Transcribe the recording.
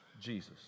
Jesus